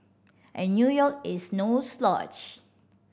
and New York is no slouch